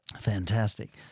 Fantastic